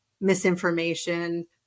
misinformation